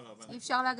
לא, לא,